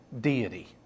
deity